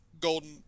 golden